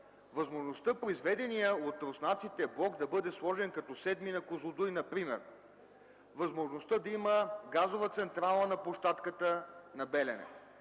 Възможността произведеният от руснаците блок да бъде сложен като VІІ-ми на „Козлодуй” например, възможността да има газова централа на площадката на „Белене”.